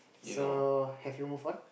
so have you move on